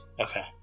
Okay